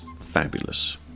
fabulous